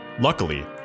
Luckily